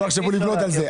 שלא יחשבו לבנות על זה.